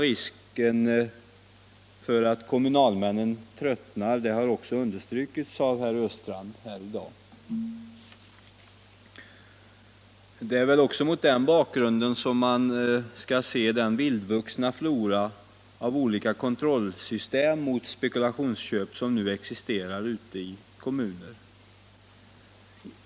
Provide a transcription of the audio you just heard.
Risken för att kommunalmännen tröttnar har också understrukits av herr Östrand här i dag. Det är väl också mot den bakgrunden man skall se den vildvuxna flora av olika kontrollsystem mot spekulationsköp som nu existerar ute i kommunerna.